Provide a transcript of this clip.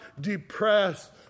depressed